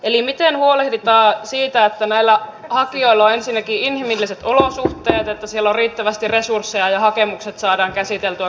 eli miten huolehditaan siitä että näillä hakijoilla on ensinnäkin inhimilliset olosuhteet että siellä on riittävästi resursseja ja hakemukset saadaan käsiteltyä kohtuullisessa ajassa